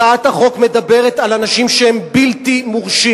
הצעת החוק מדברת על אנשים שהם בלתי מורשים,